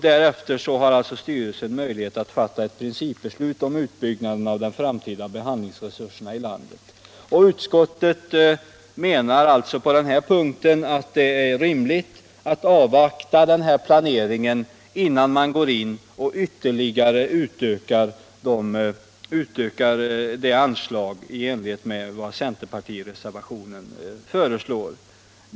Därefter har styrelsen möjlighet att fatta ett principbeslut om utbyggnad av de framtida behandlingsresurserna i landet. Utskottet menar på den punkten att det är rimligt att avvakta denna planering, innan man går in och ytterligare utökar anslaget i enlighet med vad som föreslås i centerpartireservationen.